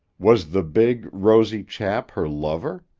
was the big, rosy chap her lover?